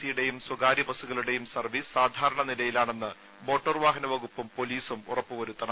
സിയുടെയും സ്വകാര്യ ബസ്സുകളുടെയും സർവ്വീസ് സാധാരണ നിലയിലാണെന്ന് മോട്ടോർ വാഹന വകുപ്പും പോലീസും ഉറപ്പു വരുത്തണം